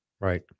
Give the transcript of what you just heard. right